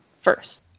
first